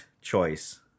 choice